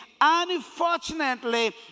Unfortunately